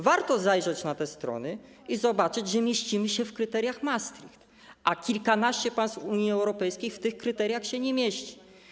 Warto zajrzeć na te strony i zobaczyć, że mieścimy się w kryteriach Maastricht, a kilkanaście państw Unii Europejskiej w tych kryteriach się nie mieści.